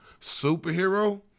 superhero